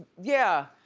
yeah.